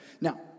now